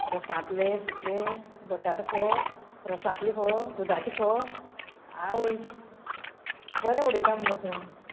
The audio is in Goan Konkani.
रसांतले सुके बटाट फोव रसांतले फोव दुदाचे फोव आवयस बरें उडयता मुगो तूं